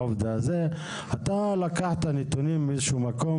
אתה לקחת נתונים מאיזשהו מקום,